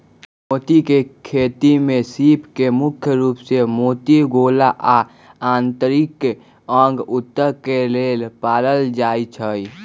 मोती के खेती में सीप के मुख्य रूप से मोती गोला आ आन्तरिक अंग उत्तक के लेल पालल जाई छई